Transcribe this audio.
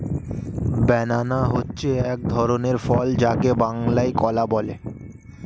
banana হচ্ছে এক ধরনের ফল যাকে বাংলায় কলা বলে